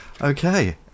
Okay